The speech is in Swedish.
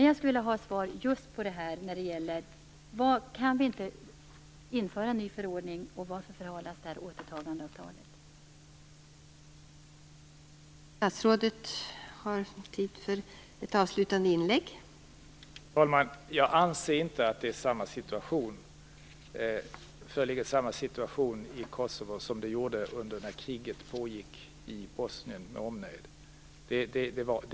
Jag skulle vilja ha svar på frågorna om en ny förordning kan införas och varför återtagandeavtalet förhalas.